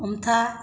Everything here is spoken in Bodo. हमथा